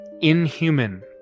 inhuman